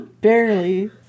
Barely